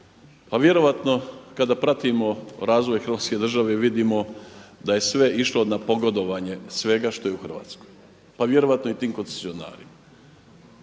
Pa vjerojatno kada pratimo razvoj Hrvatske države i vidimo da je sve išlo na pogodovanje svega što je u Hrvatskoj pa vjerojatno i tim koncesionarima.